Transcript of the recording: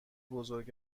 بزرگ